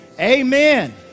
Amen